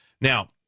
Now